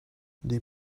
les